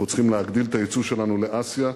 אנחנו צריכים להגדיל את היצוא שלנו לאסיה,